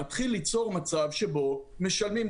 להתחיל ליצור מצב שבו משלמים,